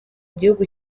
gihugu